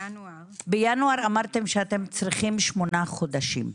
בינואר, אמרתם שאתם צריכים שמונה חודשים.